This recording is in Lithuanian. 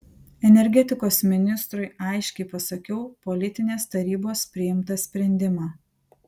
energetikos ministrui aiškiai pasakiau politinės tarybos priimtą sprendimą